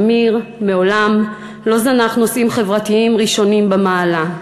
שמיר מעולם לא זנח נושאים חברתיים ראשונים במעלה,